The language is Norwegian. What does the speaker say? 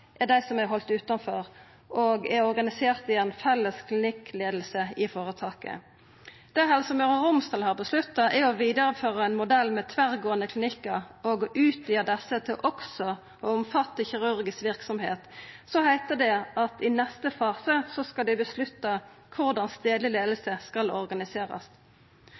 er haldne utanfor og organiserte i ei felles klinikkleiing i føretaket. Det som Helse Møre og Romsdal har vedtatt, er å føra vidare ein modell med tverrgåande klinikkar og å utvida desse til også å omfatta kirurgisk verksemd. Så heiter det at dei i neste fase skal avgjere korleis stadleg leiing skal